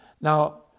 Now